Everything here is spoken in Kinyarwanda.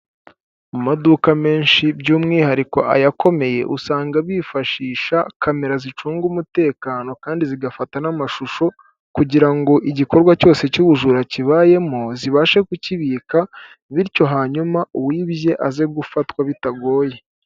Amaduka menshi by'umwihariko aya akomeye, usanga bifashisha kamera zicunga umutekano kandi zigafata n'amashusho kugira ngo igikorwa cyose cy'ubujura kibayemo zibashe kukibika bityo hanyuma uwibye aze gufatwa bitagoye.